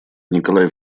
николай